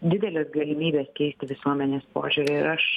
didelės galimybės keisti visuomenės požiūrį ir aš